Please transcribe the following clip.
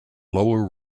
lower